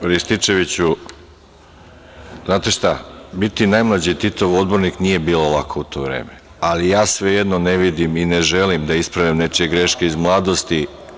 Kolega Rističeviću, znate šta, biti najmlađi Titov odbornik nije bilo lako u to vreme, ali ja svejedno ne vidim i ne želim da ispravljam nečije greške iz mladosti.